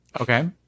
Okay